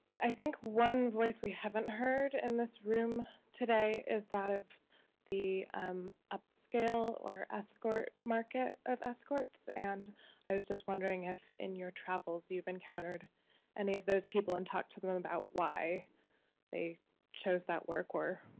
i think one voice we haven't heard in this room today is that of the um upscale or escort market of escorts, and i was just wondering if, in your travels, you've encountered any of those people and talked to them about why they chose that work.